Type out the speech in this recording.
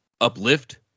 Uplift